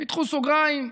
פתחו סוגריים: